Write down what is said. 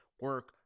Work